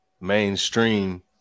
mainstream